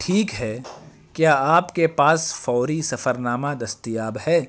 ٹھیک ہے کیا آپ کے پاس فوری سفر نامہ دستیاب ہے